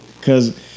Cause